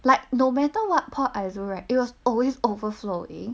like no matter what pot I use right it was always overflowing